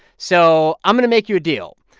so i'm going to make you a deal.